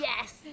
yes